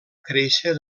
créixer